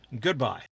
Goodbye